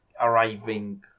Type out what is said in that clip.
arriving